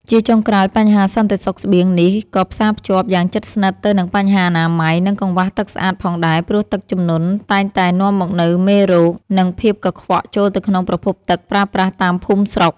ជាចុងក្រោយ បញ្ហាសន្តិសុខស្បៀងនេះក៏ផ្សារភ្ជាប់យ៉ាងជិតស្និទ្ធទៅនឹងបញ្ហាអនាម័យ និងកង្វះទឹកស្អាតផងដែរ ព្រោះទឹកជំនន់តែងតែនាំមកនូវមេរោគ និងភាពកខ្វក់ចូលទៅក្នុងប្រភពទឹកប្រើប្រាស់តាមភូមិស្រុក។